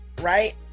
right